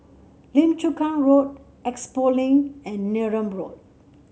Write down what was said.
Lim Chu Kang Road Expo Link and Neram Road